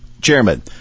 Chairman